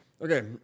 Okay